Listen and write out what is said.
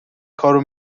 کارو